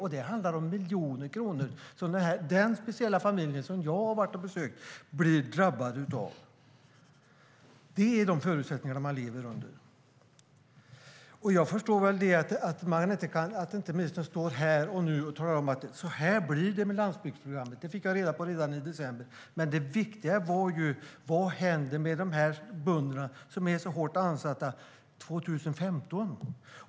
Och det handlar om miljoner kronor som den speciella familj som jag har varit och besökt går miste om. Det är de förutsättningar man lever under. Jag förstår väl att ministern inte står här och nu och tala om att så här blir det med landsbygdsprogrammet - det fick jag reda på redan i december - men det viktiga är vad som händer med de här bönderna som blir så hårt ansatta 2015.